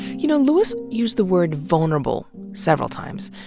you know lewis used the word vulnerable several times.